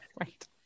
Right